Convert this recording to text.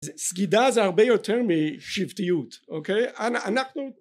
סגידה זה הרבה יותר משבטיות, אוקיי?